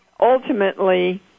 ultimately